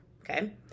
okay